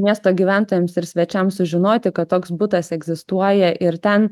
miesto gyventojams ir svečiams sužinoti kad toks butas egzistuoja ir ten